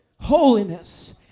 holiness